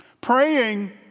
Praying